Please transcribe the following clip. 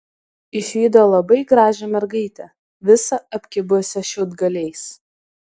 išvydo labai gražią mergaitę visą apkibusią šiaudgaliais